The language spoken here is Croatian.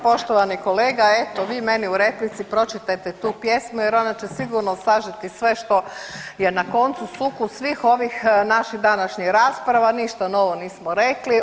Poštovani kolega, eto vi meni u replici pročitajte tu pjesmu jer ona će sigurno sažeti sve što je na koncu sukus svih ovih naših današnjih rasprava, ništa novo nismo rekli.